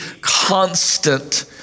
constant